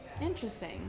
Interesting